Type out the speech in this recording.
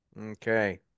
Okay